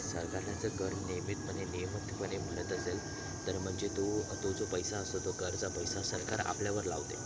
सरकार त्यांचं कर नियमितपणे नियमितपणे भरत असेल तर म्हणजे तो तो जो पैसा असतो तो करचा पैसा सरकार आपल्यावर लावते